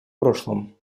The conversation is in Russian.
прошлом